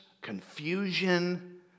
confusion